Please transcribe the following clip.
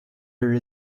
there